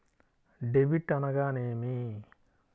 Debit అనగానేమి?